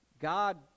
God